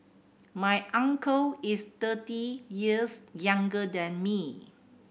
my uncle is thirty years younger than me